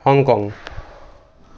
Hong Kong